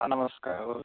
नमस्करोत्